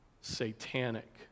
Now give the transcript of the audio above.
satanic